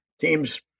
teams